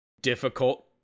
Difficult